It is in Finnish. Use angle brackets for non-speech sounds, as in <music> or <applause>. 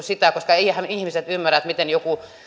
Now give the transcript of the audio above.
<unintelligible> sitä koska eiväthän ihmiset ymmärrä miten joku